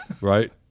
right